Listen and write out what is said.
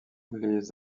les